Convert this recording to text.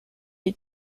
est